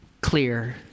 clear